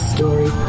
Story